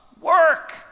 work